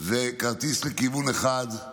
כרטיס לכיוון אחד,